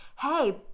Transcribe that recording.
hey